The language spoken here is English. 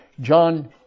John